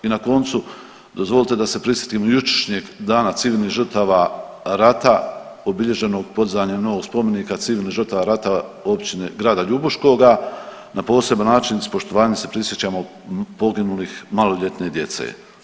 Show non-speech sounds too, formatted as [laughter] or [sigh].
I na koncu, dozvolite da se prisjetim ... [unintelligible] dana civilnih žrtava rata obilježenog podizanjem novog spomenika civilnim žrtvama rata općine grada Ljubuškoga na poseban način i s poštovanjem se prisjećamo poginulih, maloljetne djece.